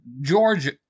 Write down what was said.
Georgia